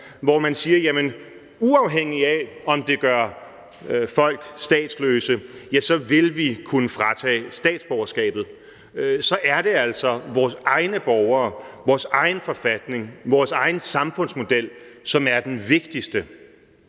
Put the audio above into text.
hvor man siger: Jamen uafhængigt af om det gør folk statsløse, ja, så vil vi kunne fratage statsborgerskabet; så er det altså vores egne borgere, vores egen forfatning, vores egen samfundsmodel, som er det vigtigste.